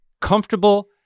comfortable